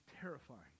terrifying